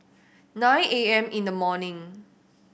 nine A M in the morning